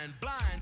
blind